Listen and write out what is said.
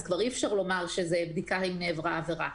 אז כבר אי-אפשר לומר שזה בדיקה אם נעברה עבירה,